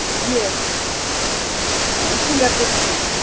یہِ finger tips دِنۍ